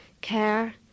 care